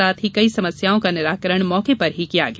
साथ ही कई समस्याओं का निराकरण मौके पर ही किया गया